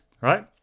right